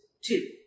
two